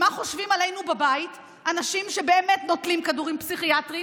מה חושבים עלינו בבית אנשים שבאמת נוטלים כדורים פסיכיאטריים?